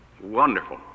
wonderful